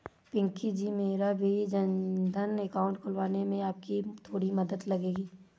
पिंकी जी मेरा भी जनधन अकाउंट खुलवाने में आपकी थोड़ी मदद लगेगी